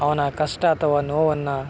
ಅವನ ಕಷ್ಟ ಅಥವಾ ನೋವನ್ನು